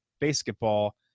Basketball